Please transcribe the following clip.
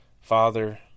Father